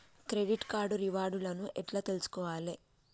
Credit card reward లను ఎట్ల తెలుసుకోవాలే?